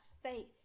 faith